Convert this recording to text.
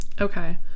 Okay